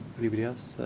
anybody else?